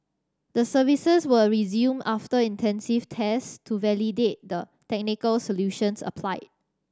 the services were resumed after intensive test to validate the technical solutions applied